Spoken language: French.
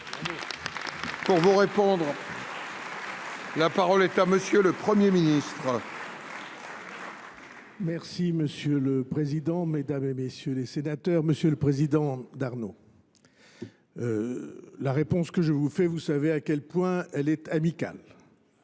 Pour vous répondre, la parole est à Monsieur le Premier ministre. Merci Monsieur le Président, Mesdames et Messieurs les Sénateurs, Monsieur le Président d'Arnaud. La réponse que je vous fais, vous savez à quel point elle est amicale.